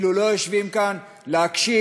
אפילו לא יושבים כאן להקשיב,